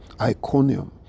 Iconium